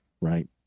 Right